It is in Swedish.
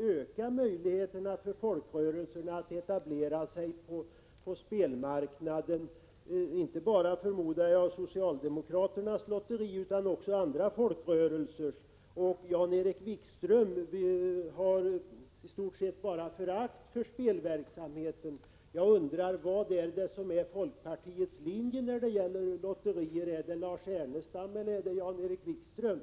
öka möjligheterna för folkrörelserna att etablera sig på spelmarknaden — jag förmodar inte bara genom socialdemokraternas lotteri utan också genom andra folkrörelsers. Jan-Erik Wikström har i stort sett bara förakt för spelverksamheten. Jag undrar vad som är folkpartiets linje när det gäller lotterier. Är det Lars Ernestams eller Jan-Erik Wikströms?